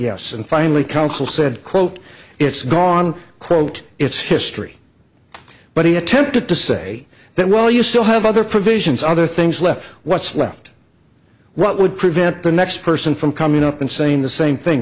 yes and finally counsel said quote it's gone quote it's history but he attempted to say that while you still have other provisions other things left what's left what would prevent the next person from coming up and saying the same thing